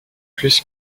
plus